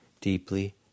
deeply